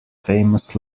famous